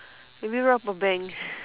maybe rob a bank